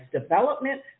Development